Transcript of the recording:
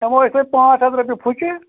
ہٮ۪مو أسۍ تۄہہِ پانٛژھ ہَتھ رۄپیہِ فُچہٕ